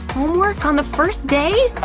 homework on the first day?